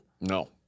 No